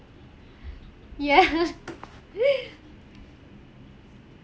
yeah